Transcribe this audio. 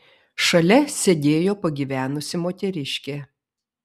šalia sėdėjo pagyvenusi moteriškė